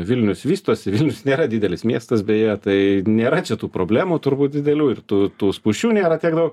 vilnius vystosi vilnius nėra didelis miestas beje tai nėra čia tų problemų turbūt didelių ir tų tų spūsčių nėra tiek daug